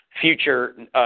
future